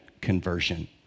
conversion